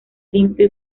limpio